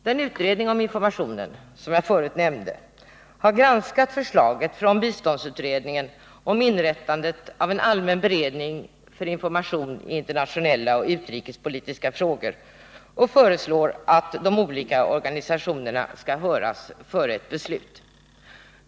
Den utredning om informationen som jag tidigare nämnde har granskat förslaget från biståndsutredningen om inrättandet av en allmän beredning för information i internationella och utrikespolitiska frågor och föreslår att de olika organisationerna skall höras före ett beslut.